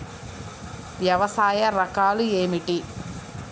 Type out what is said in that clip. వ్యవసాయ రకాలు ఏమిటి?